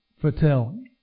foretell